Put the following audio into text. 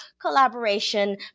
collaboration